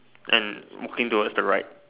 and walking towards the right